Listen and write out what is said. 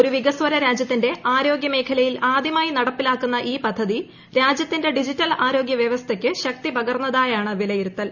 ഒരു വികസ്വര രാജൃത്തിന്റെ ആരോഗൃമേഖലയിൽ ആദ്യമായി നടപ്പിലാക്കുന്ന ഈ പദ്ധതി രാജ്യത്തിന്റെ ഡിജിറ്റൽ ആരോഗ്യ വൃവസ്ഥയ്ക്ക് ശക്തി പകർന്നതായാണ് വിലയിരുത്തൽ